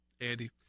andy